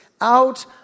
out